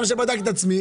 מקדמה.